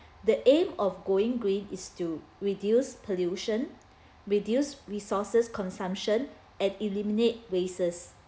the aim of going green is to reduce pollution reduce resources consumption and eliminate wastes